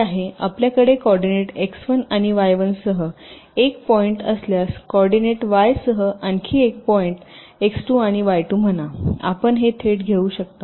आपल्याकडे coordinate x1 आणि y1 सह एक पॉईंट असल्यास कोऑर्डिनेट y सह आणखी एक पॉईंट x2 आणि y2 म्हणा आपण हे थेट घेऊ शकता